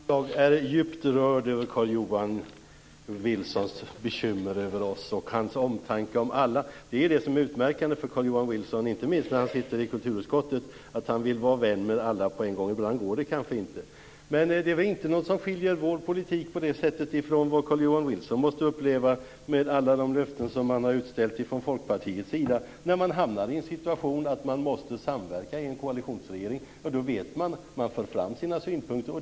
Fru talman! Jag är djupt rörd över Carl-Johan Wilsons bekymmer för oss och hans omtanke om alla. Det är ju det som är utmärkande för Carl-Johan Wilson - inte minst när han sitter i kulturutskottet. Han vill vara vän med alla på en gång. Ibland går det kanske inte. Men det finns väl inte något som skiljer vår politik från det som Carl-Johan Wilson måste uppleva med tanke på alla de löften man har utställt från Folkpartiets sida. När man hamnar i en sådan situation att man måste samverka i en koalitionsregering så vet man att man får föra fram sina synpunkter.